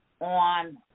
on